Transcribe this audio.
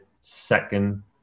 second